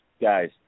guys